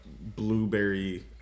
blueberry